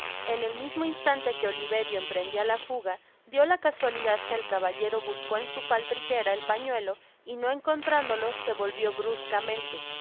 en el mismo instante que oliverio emprendia la fuga dió la casualidad que el caballero buscó en su faltriquera el pañuelo y no encontrándolo se volvió bruscamente